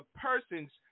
person's